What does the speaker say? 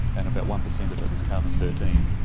and about one percent of it is carbon thirteen.